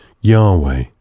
Yahweh